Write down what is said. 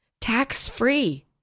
tax-free